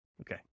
Okay